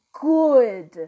good